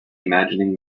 imagining